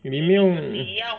你 eh